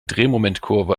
drehmomentkurve